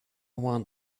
want